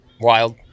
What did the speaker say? Wild